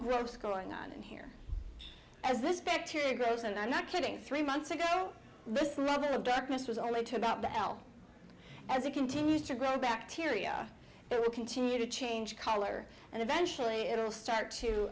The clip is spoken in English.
groves going on in here as this bacteria grows and i'm not kidding three months ago this level of darkness was only to about the l as it continues to grow bacteria it will continue to change color and eventually it will start to